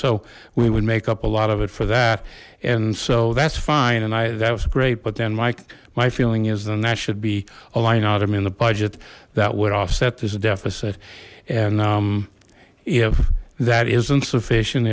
so we would make up a lot of it for that and so that's fine and i that was great but then like my feeling is then that should be a line item in the budget that would offset this deficit and if that isn't sufficient